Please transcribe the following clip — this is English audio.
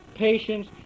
Patience